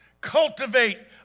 Cultivate